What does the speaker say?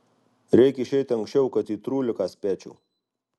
reik išeit anksčiau kad į trūliką spėčiau